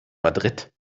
madrid